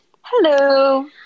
Hello